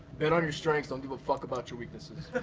bet on your strengths, don't give a fuck about your weaknesses.